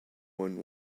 one